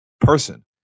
person